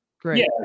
great